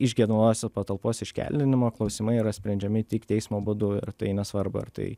iš gyvenamosios patalpos iškeldinimo klausimai yra sprendžiami tik teismo būdu ir tai nesvarbu ar tai